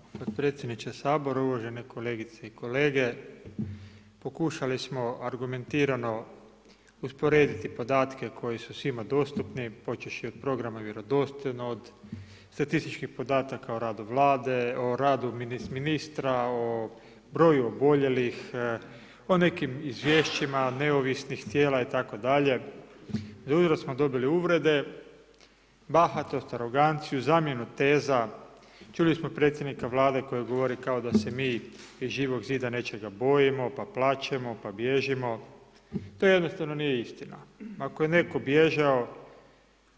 Hvala lijepa potpredsjedniče sabora, uvažene kolegice i kolege, Pokušali smo argumentirano usporediti podatke koji su svima dostupni, počevši od programa vjerodostojno, od statistički podataka o radu Vlade, o radu ministra, o broju oboljelih, o nekim izvješćima neovisnih tijela itd., [[…riječ se ne razumije…]] smo dobili uvrede, bahatost, arogancija, zamjenu teza, čuli smo Predsjednika Vlade koji govori kao da smo mi iz Živog zida nečega bojimo, pa plačemo, pa bježimo, to jednostavno nije istina, ako je netko bježao